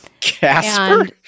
Casper